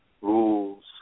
rules